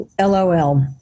lol